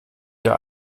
der